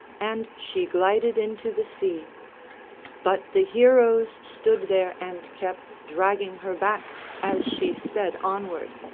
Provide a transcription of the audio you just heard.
and she glided into the sea but the heroes stood there and kept dragging her back as she sped onward.